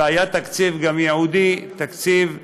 והיה גם תקציב ייעודי, תקציב נכבד,